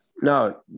No